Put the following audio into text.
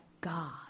God